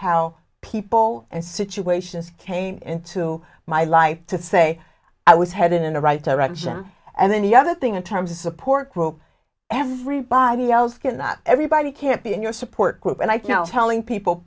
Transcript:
how people and situations came into my life to say i was headed in the right direction and then the other thing in terms of support group everybody else going that everybody can't be in your support group and i telling people